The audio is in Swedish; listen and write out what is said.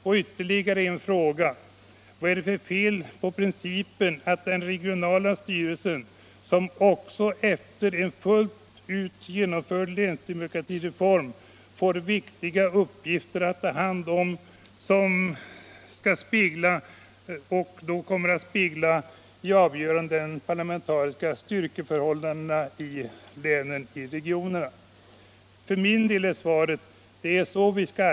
Och ytterligare en fråga: Vad är det för fel på principen att den regionala styrelsen, som också efter en fullt ut genomförd länsdemokratireform får viktiga uppgifter, skall spegla det parla mentariska styrkeförhållandet i regionerna eller länen? Mitt svar är: Det är inget fel alls.